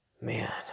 man